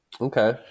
Okay